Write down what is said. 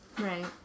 Right